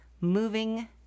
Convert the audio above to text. moving